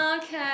okay